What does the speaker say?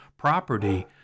property